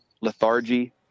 lethargy